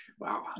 Wow